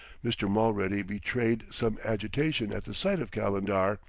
mr. mulready betrayed some agitation at the sight of calendar,